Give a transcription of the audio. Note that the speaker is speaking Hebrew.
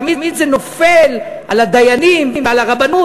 תמיד זה נופל על הדיינים ועל הרבנות,